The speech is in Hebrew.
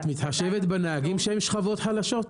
את מתחשבת בנהגים שהם משכבות חלשות,